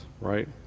right